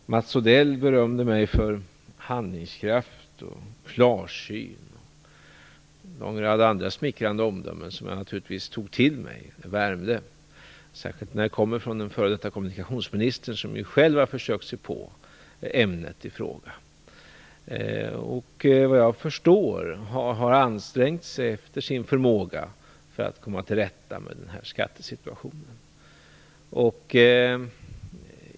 Mats Odell berömde mig för handlingskraft, klarsyn och en lång rad andra smickrande omdömen, som jag naturligtvis tog till mig. De värmde, särskilt som de kommer från en före detta kommunikationsminister, som ju själv har försökt sig på ämnet i fråga. Vad jag förstår har han ansträngt sig efter sin förmåga att komma till rätta med denna skattesituation.